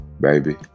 baby